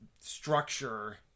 structure